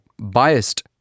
biased